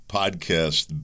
podcast